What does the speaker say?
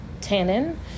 tannin